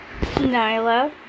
Nyla